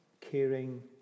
caring